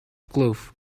glove